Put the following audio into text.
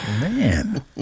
Man